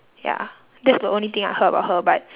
ya that's the only thing I heard about her but